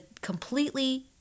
completely